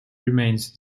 remained